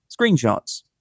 Screenshots